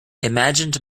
imagined